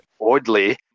oddly